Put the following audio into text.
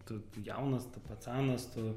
tu jaunas tu pacanas tu